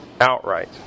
outright